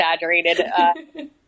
exaggerated